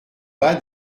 bas